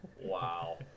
Wow